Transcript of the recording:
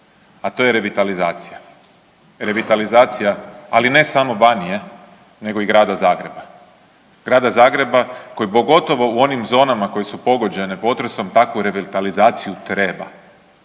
a to je revitalizacija. Revitalizacija, ali ne samo Banije nego i Grada Zagreba, Grada Zagreba koji pogotovo u onim zonama koje su pogođene potresom takvu revitalizaciju treba.